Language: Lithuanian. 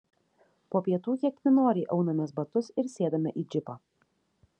po pietų kiek nenoriai aunamės batus ir sėdame į džipą